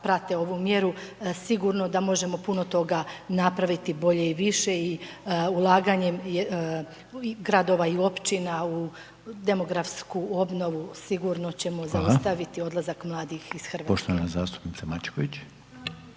prate ovu mjeru, sigurno da možemo puno toga napraviti bolje i više, i ulaganjem Gradova i Općina u demografsku obnovu sigurno ćemo zaustaviti odlazak mladih iz Hrvatske.